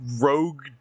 rogue